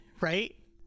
right